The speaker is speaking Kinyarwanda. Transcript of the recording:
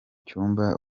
cyumba